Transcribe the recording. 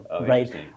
right